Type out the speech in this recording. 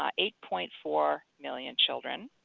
um eight point four million children.